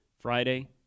Friday